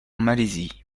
malaisie